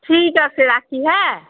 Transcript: ঠিক আছে রাখি হ্যাঁ